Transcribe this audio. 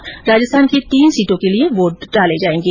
वहीं राजस्थान की तीन सीटों के लिए वोट डाले जायेंगे